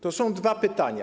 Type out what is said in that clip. To są dwa pytania.